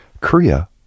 Korea